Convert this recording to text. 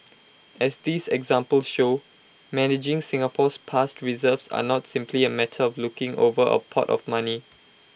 as these examples show managing Singapore's past reserves are not simply A matter of looking over A pot of money